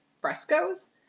frescoes